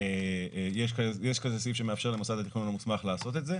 יש כזה סעיף שמאפשר למוסד התכנון המוסמך לעשות את זה.